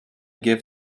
give